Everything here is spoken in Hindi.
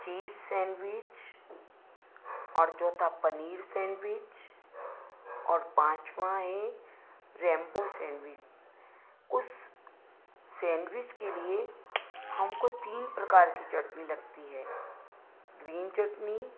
चीज़ सैंडवीच और चौथा पनीर सैंडविच और पाँचवां है रेंपो सैंडविच उस सैंडविच के लिए हमको तीन प्रकार की चटनी लगती है ग्रीन चटनी